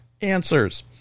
answers